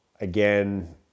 again